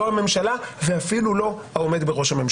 לא הממשלה ואפילו לא העומד בראשה.